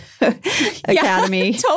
academy